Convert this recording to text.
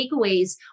takeaways